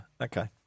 Okay